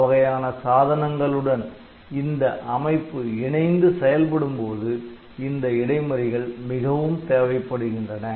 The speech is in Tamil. பலவகையான சாதனங்களுடன் இந்த அமைப்பு இணைந்து செயல்படும் போது இந்த இடைமறிகள் மிகவும் தேவைப்படுகின்றன